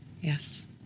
Yes